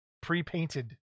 pre-painted